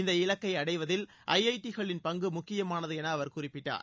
இந்த இலக்கை அடைவதில் ஐஐடிகளின் பங்கு முக்கியமானது என அவர் குறிப்பிட்டார்